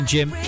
Jim